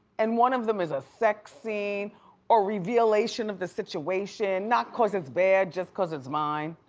and one of them is a sex scene or revealization-of-the-situation. not cause it's bad, just cause it's mine.